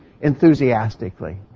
enthusiastically